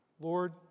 Lord